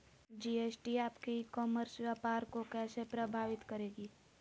GST आपके e commerce व्यापार को कैसे प्रभावित करेगी?